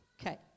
Okay